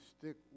stick